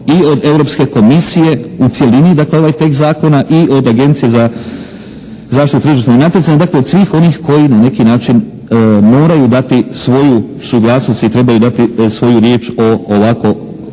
i od Europske komisije u cjelini dakle ovaj tekst zakona i od Agencije za zaštitu tržišnog natjecanja, dakle od svih onih koji na neki način moraju dati svoju suglasnost i trebaju dati svoju riječ o ovakvom zakonu.